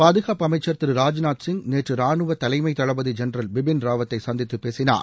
பாதுகாப்பு அமைச்சா் திரு ராஜ்நாத் சிங் நேற்று ராணுவ தலைமை தளபதி ஜென்ரல் பிபின் ராவத்தை சந்தித்து பேசினார்